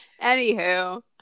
Anywho